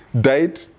died